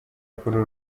kuri